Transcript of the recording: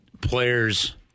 players –